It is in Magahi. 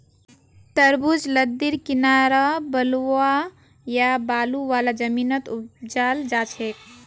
तरबूज लद्दीर किनारअ बलुवा या बालू वाला जमीनत उपजाल जाछेक